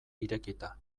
irekita